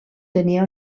tenia